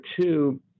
two